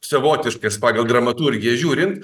savotiškas pagal dramaturgiją žiūrint